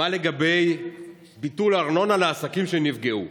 מה לגבי ביטול ארנונה לעסקים שנפגעו?